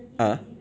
ah